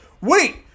wait